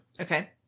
Okay